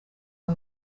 aba